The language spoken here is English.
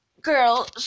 girl